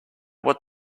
what